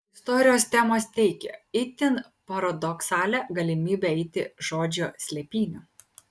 istorijos temos teikė itin paradoksalią galimybę eiti žodžio slėpynių